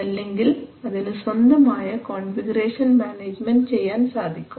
അതല്ലെങ്കിൽ അതിന് സ്വന്തമായ കോൺഫിഗറേഷൻ മാനേജ്മെൻറ് ചെയ്യാൻ സാധിക്കും